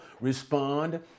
respond